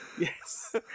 yes